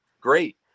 great